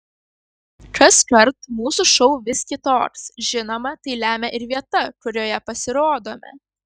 kaskart mūsų šou vis kitoks žinoma tai lemia ir vieta kurioje pasirodome